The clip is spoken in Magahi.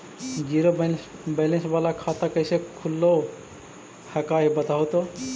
जीरो बैलेंस वाला खतवा कैसे खुलो हकाई बताहो तो?